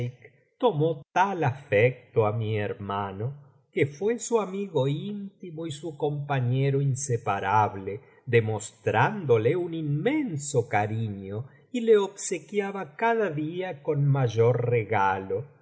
tomó tal afecto á mi hermano que fue su amigo íntimo y su compañero inseparable demostrándole un inmenso cariño y le obsequiaba cada día con mayor regalo y